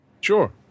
sure